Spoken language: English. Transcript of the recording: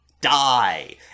Die